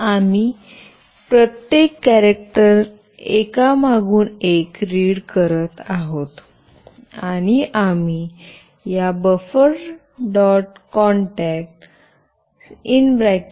concat आम्ही प्रत्येक character एका मागून एक रीड करत आहोत आणि आम्ही या बफर कॉन्कॅट सी buffer